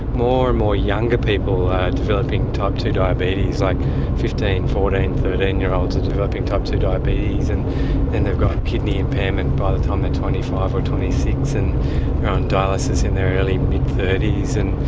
more and more younger people are developing type ii diabetes, like fifteen, fourteen, thirteen year olds are developing type ii diabetes and then they've got kidney impairment by the time they're twenty five or twenty six and they are on dialysis in their early mid thirty s. and